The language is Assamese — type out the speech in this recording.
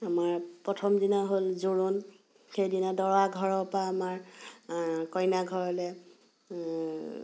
আমাৰ প্ৰথম দিনা হ'ল জোৰোণ সেইদিনা দৰা ঘৰৰ পৰা আমাৰ কইনা ঘৰলৈ